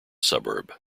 suburb